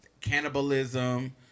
cannibalism